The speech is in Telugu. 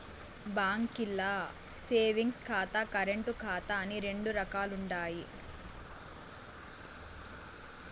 బాంకీల్ల సేవింగ్స్ ఖాతా, కరెంటు ఖాతా అని రెండు రకాలుండాయి